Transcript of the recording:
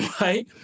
right